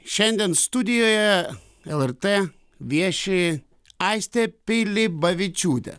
šiandien studijoje lrt vieši aistė pilibavičiūtė